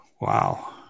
Wow